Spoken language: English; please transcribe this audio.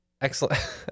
Excellent